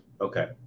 Okay